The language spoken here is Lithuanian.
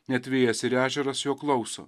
net vėjas ir ežeras jo klauso